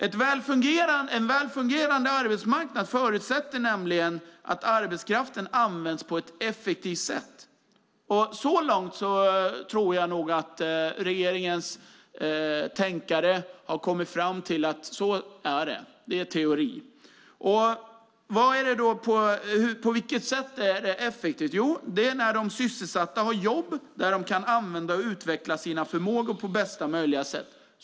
En väl fungerande arbetsmarknad förutsätter nämligen att arbetskraften används på ett effektivt sätt, och att det är så tror jag nog att regeringens tänkare har kommit fram till. Det är teorin. På vilket sätt är det då effektivt? Jo, det är när de sysselsatta har jobb där de kan använda och utveckla sina förmågor på bästa möjliga sätt.